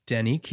Danny